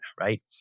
right